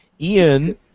Ian